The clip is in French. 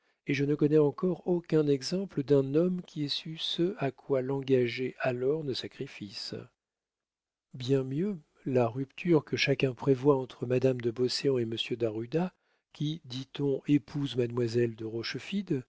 et je ne connais encore aucun exemple d'un homme qui ait su ce à quoi l'engageaient alors nos sacrifices bien mieux la rupture que chacun prévoit entre madame de beauséant et monsieur d'adjuda qui dit-on épouse mademoiselle de rochefide